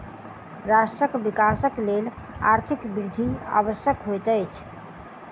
राष्ट्रक विकासक लेल आर्थिक वृद्धि आवश्यक होइत अछि